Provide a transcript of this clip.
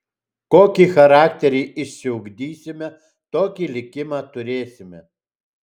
kokį charakterį išsiugdysime tokį likimą turėsime